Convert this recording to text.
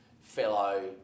fellow